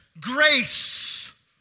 grace